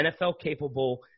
NFL-capable